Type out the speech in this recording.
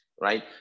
right